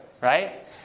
right